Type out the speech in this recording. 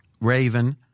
Raven